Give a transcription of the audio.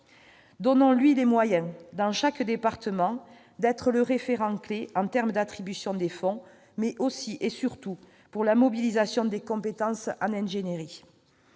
Donnons-lui les moyens, dans chaque département, d'être le référent-clé en termes d'attribution des fonds, mais aussi, et surtout pour la mobilisation des compétences en ingénierie.